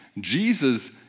Jesus